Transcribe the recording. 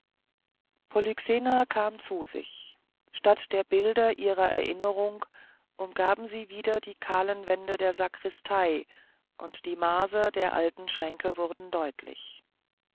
polyxena kam zu sich statt der bilder ihrer erinnerung umgaben sie wieder die kahlen wände der sakristei und die maser der alten schränke wurde deutlich